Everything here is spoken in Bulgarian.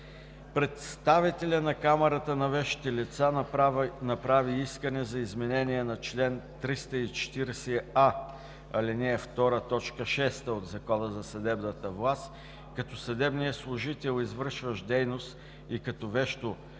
Представителят на Камарата на вещите лица направи искане за изменение на чл. 340а, ал. 2, т. 6 от Закона за съдебната власт, като съдебният служител, извършващ дейност и като вещо